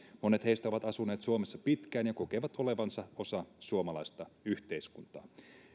monet heistä ovat asuneet suomessa pitkään ja kokevat olevansa osa suomalaista yhteiskuntaa